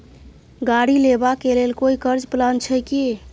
गाड़ी लेबा के लेल कोई कर्ज प्लान छै की?